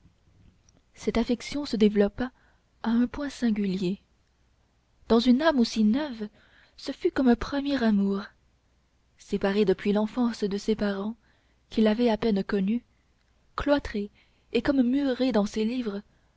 cette affection se développa à un point singulier dans une âme aussi neuve ce fut comme un premier amour séparé depuis l'enfance de ses parents qu'il avait à peine connus cloîtré et comme muré dans ses livres